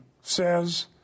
says